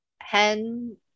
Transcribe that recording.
Hen